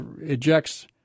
ejects